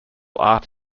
art